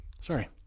Sorry